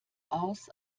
aus